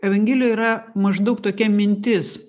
evangelijoj yra maždaug tokia mintis